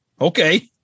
Okay